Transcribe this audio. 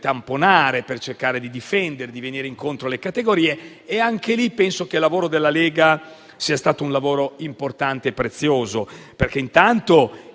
tamponare, per cercare di difendere e di venire incontro alle categorie. E anche lì penso che il lavoro della Lega sia stato un lavoro importante e prezioso. Intanto